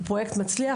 הוא פרויקט מצליח,